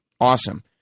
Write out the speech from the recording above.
Awesome